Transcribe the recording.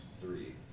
three